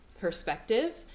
perspective